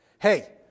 Hey